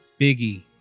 Biggie